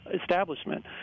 establishment